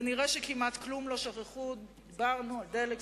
ונראה שכמעט כלום לא שכחו: דיברנו על דלק,